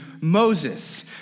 Moses